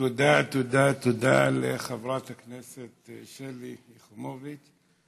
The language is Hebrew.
תודה, תודה, תודה לחברת הכנסת שלי יחימוביץ.